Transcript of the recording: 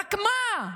-- רק מה,